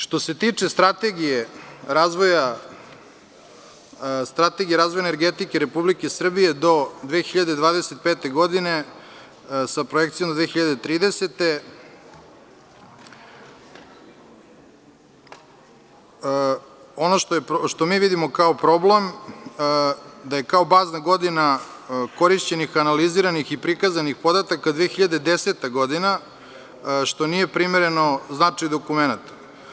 Što se tiče strategije razvoja, Strategije razvoja energetike RS do 2025. godine sa projekcijom do 2030. godine, ono što mi vidimo kao problem je da je kao bazna godina korišćenih analiziranih i prikazanih podataka 2010. godina, što nije primereno značaju dokumenata.